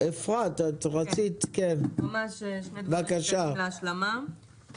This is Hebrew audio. רציתי להשלים שני דברים.